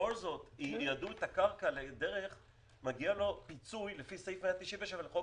ובכל זאת ייעדו את הקרקע לדרך מגיע לו פיצוי לפי סעיף 197 לחוק.